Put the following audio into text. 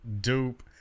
dope